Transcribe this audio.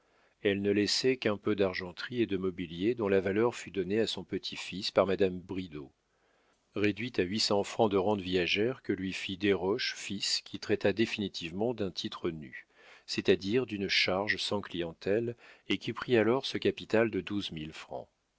elle ne laissait qu'un peu d'argenterie et de mobilier dont la valeur fut donnée à son petit-fils par madame bridau réduite à huit cents francs de rente viagère que lui fit desroches fils qui traita définitivement d'un titre nu c'est-à-dire d'une charge sans clientèle et qui prit alors ce capital de